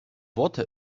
water